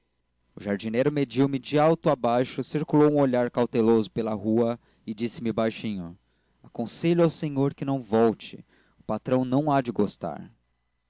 o jardineiro mediu me de alto a baixo circulou um olhar cauteloso pela rua e disse-me baixinho aconselho ao senhor que não volte o patrão não há de gostar